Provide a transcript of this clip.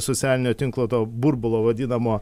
socialinio tinklo to burbulo vadinamo